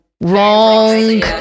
wrong